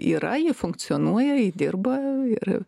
yra ji funkcionuojaji dirba ir